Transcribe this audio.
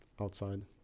outside